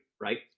right